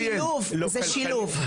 זה שילוב, זה שילוב.